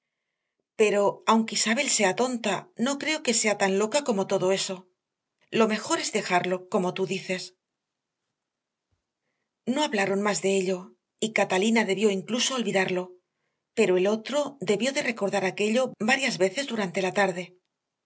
pero aunque isabel sea tonta no creo que sea tan loca como todo eso lo mejor es dejarlo como tú dices no hablaron más de ello y catalina debió incluso de olvidarlo pero el otro debió de recordar aquello varias veces durante la tarde